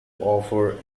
offer